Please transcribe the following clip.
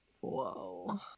Whoa